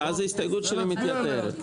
ואז ההסתייגות שלי מתייתרת.